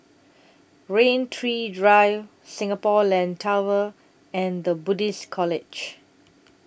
Rain Tree Drive Singapore Land Tower and The Buddhist College